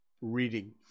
reading